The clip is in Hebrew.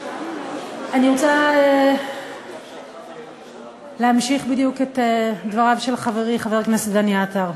אני רוצה להמשיך בדיוק את דבריו של חברי חבר הכנסת דני עטר.